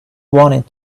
wanted